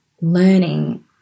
learning